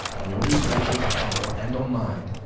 on your displeasure's peril, and on mine,